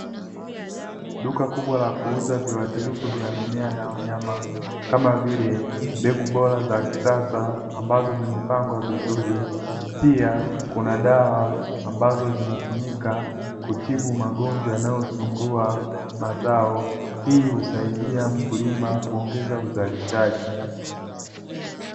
Duka kubwa la kuuza viwatilifu vya mimea na wanyama kama vile mbegu bora za kisasa ambazo zimepangwa vizuri, pia kuna dawa ambazo zinatumika kutibu magonjwa yanayosumbua mazao. Hii husaidia mkulima kuongeza uzalishaji.